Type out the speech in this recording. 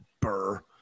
Burr